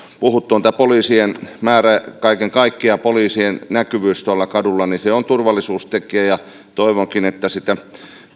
puhuttu on tämä poliisien määrä kaiken kaikkiaan ja poliisien näkyvyys tuolla kadulla se on turvallisuustekijä ja toivonkin että sitä